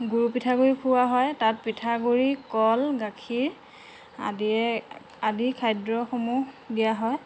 গুৰ পিঠাগুড়ি খোৱা হয় তাত পিঠাগুড়ি কল গাখীৰ আদিৰে আদি খাদ্যসমূহ দিয়া হয়